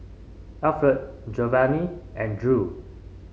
Alferd Jovany and Drew